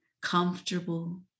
comfortable